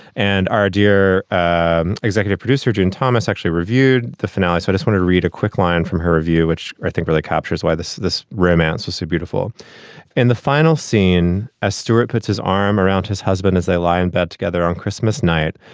and our dear and executive producer, jean thomas actually reviewed the finale. so i just want to read a quick line from her review, which i think really captures why this this romance is so beautiful in the final scene. as stewart puts his arm around his husband as they lie in bed together on christmas night,